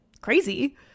crazy